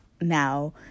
now